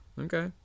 Okay